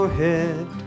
head